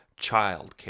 childcare